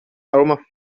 aroma